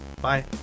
bye